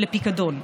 לפיקדון.